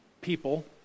people